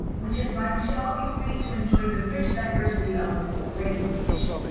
which is why we should all be free to enjoy the rich diversity of the so great nation.